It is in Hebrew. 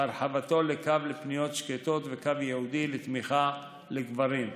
והרחבתו לקו לפניות שקטות וקו ייעודי לתמיכה לגברים.